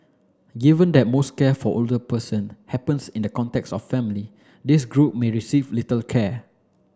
given that most care for older person happens in the context of family this group may receive little care